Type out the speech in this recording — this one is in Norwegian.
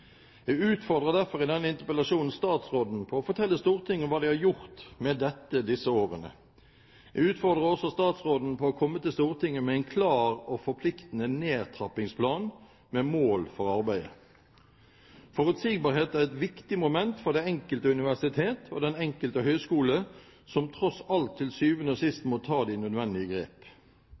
Jeg utfordrer derfor i denne interpellasjonen statsråden til å fortelle Stortinget om hva de har gjort med dette disse årene. Jeg utfordrer også statsråden til å komme til Stortinget med en klar og forpliktende nedtrappingsplan, med mål for arbeidet. Forutsigbarhet er et viktig moment for det enkelte universitet og den enkelte høyskole, som tross alt til syvende og sist må ta de nødvendige grep.